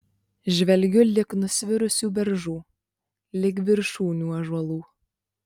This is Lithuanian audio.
žvelgiu lig nusvirusių beržų lig viršūnių ąžuolų